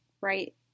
right